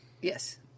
Yes